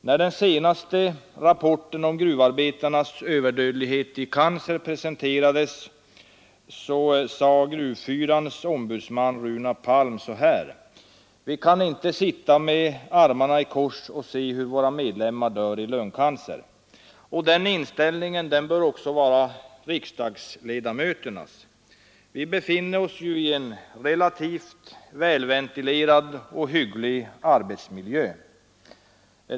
När den senaste rapporten om gruvarbetarnas överdödlighet i cancer presenterades, sade Gruvfyrans ombudsman Runar Palm: ”Vi kan inte sitta med armarna i kors och se hur våra medlemmar dör i lungcancer.” Den inställningen bör också vara riksdagsledamöternas. Vi befinner oss i en relativt välventilerad och hygglig arbetsmiljö.